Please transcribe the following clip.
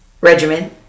regimen